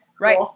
Right